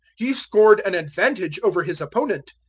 he scored an advantage over his opponent.